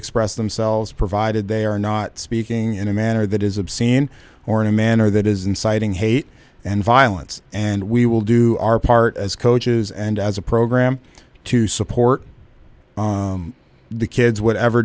express themselves provided they are not speaking in a manner that is obscene or in a manner that is inciting hate and violence and we will do our part as coaches and as a program to support the kids whatever